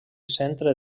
centre